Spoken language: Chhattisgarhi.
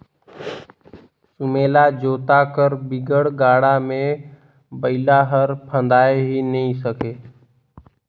सुमेला जोता कर बिगर गाड़ा मे बइला हर फदाए ही नी सके